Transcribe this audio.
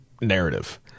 narrative